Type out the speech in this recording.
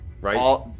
right